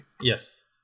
Yes